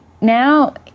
now